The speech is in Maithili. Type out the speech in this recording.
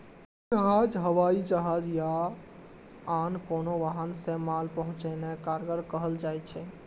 जहाज, हवाई जहाज या आन कोनो वाहन सं माल पहुंचेनाय कार्गो कहल जाइ छै